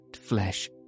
flesh